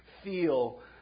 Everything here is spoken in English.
feel